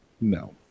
no